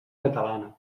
catalana